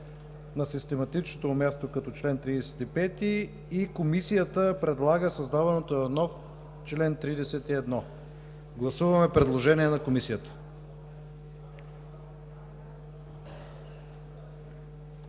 на систематичното му място като чл. 35, и Комисията предлага създаването на нов чл. 31. Гласуваме предложението на Комисията.